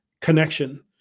connection